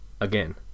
again